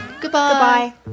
Goodbye